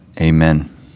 Amen